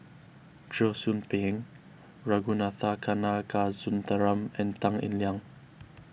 Cheong Soo Pieng Ragunathar Kanagasuntheram and Tan Eng Liang